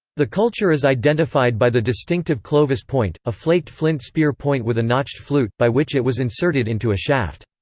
the culture is identified by the distinctive clovis point, a flaked flint spear-point with a notched flute, by which it was inserted into a shaft.